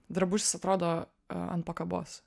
drabužis atrodo ant pakabos